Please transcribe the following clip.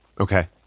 Okay